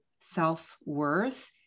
self-worth